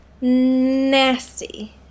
nasty